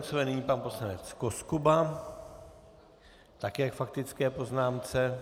Nyní pan poslanec Koskuba také k faktické poznámce.